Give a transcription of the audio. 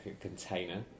container